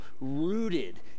rooted